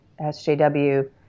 SJW